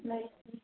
नहीं